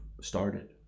started